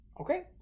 Okay